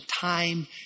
time